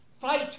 fight